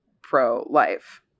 pro-life